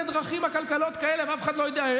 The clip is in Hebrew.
דרכים עקלקלות כאלה ואף אחד לא יודע,